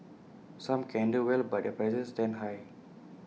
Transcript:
some can handle well but their prices stand high